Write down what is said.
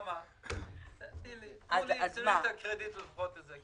תני לי את הקרדיט על זה.